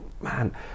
man